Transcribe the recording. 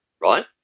right